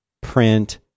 print